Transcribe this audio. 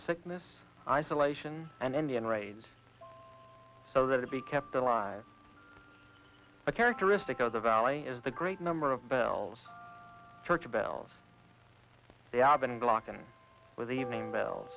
sickness isolation and indian raids so that it be kept alive a characteristic of the valley is the great number of bells church bells they are been blocking with